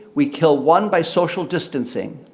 we kill one by social distancing.